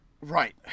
Right